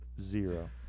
zero